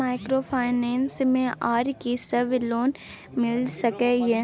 Microfinance मे आर की सब लोन मिल सके ये?